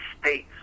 states